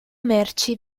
merci